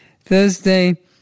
Thursday